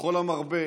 וכל המרבה